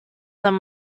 them